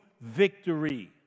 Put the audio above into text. victory